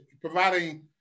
providing